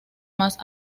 más